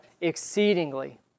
exceedingly